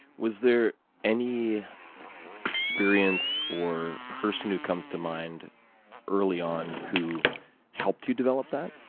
was there any experience or person who comes to mind early on who helped you develop that?